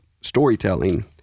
storytelling